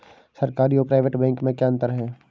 सरकारी और private bank में क्या अंतर है?